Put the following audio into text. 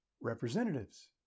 representatives